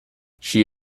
she